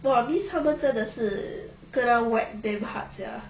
!wah! means 他们真的是 kena whack damn hard sia